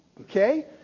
Okay